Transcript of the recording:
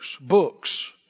books